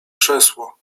krzesło